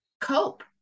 cope